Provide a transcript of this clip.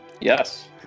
Yes